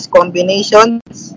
combinations